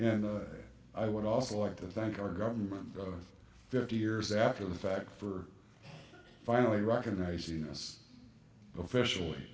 and i would also like to thank our government of fifty years after the fact for finally recognizing us officially